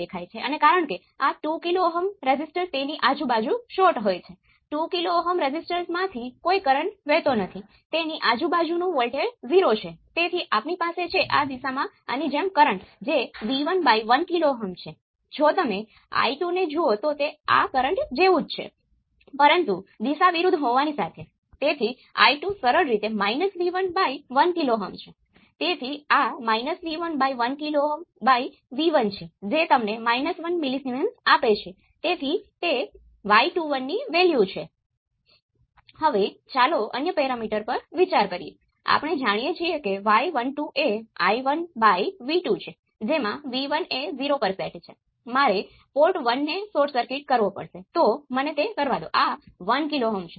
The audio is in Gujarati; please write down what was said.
દાખલા તરીકે ધારો કે તમારી પાસે એક સર્કિટ હતી જેના y પેરામિટર આપવામાં આવ્યા છે અથવા તમે પહેલાથી જ તેમની ગણતરી કરી છે